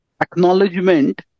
acknowledgement